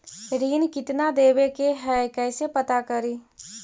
ऋण कितना देवे के है कैसे पता करी?